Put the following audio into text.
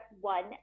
one